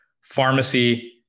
pharmacy